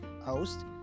host